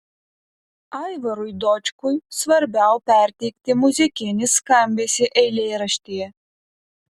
aivarui dočkui svarbiau perteikti muzikinį skambesį eilėraštyje